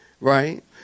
right